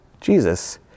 Jesus